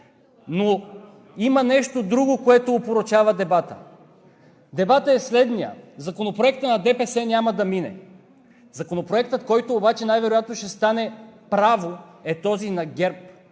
Но има нещо друго, което опорочава дебата. Дебатът е следният: Законопроектът на ДПС няма да мине. Законопроектът, който обаче най-вероятно ще стане право, е този на ГЕРБ,